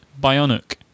Bionic